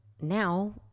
now